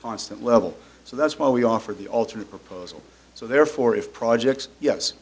constant level so that's why we offer the ultimate proposal so therefore if projects yes